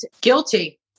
Guilty